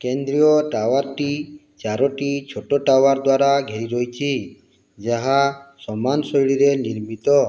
କେନ୍ଦ୍ରୀୟ ଟାୱାରଟି ଚାରୋଟି ଛୋଟ ଟାୱାର ଦ୍ୱାରା ଘେରି ରହିଛି ଜାହା ସମାନ ଶୈଳୀରେ ନିର୍ମିତ